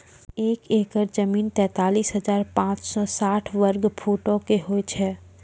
एक एकड़ जमीन, तैंतालीस हजार पांच सौ साठ वर्ग फुटो के होय छै